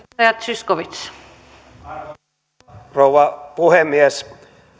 arvoisa rouva puhemies